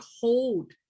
hold